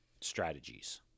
strategies